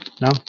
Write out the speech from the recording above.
No